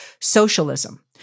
socialism